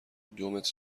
دومتر